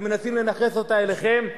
אתם מנסים לנכס אותה אליכם.